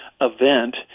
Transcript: event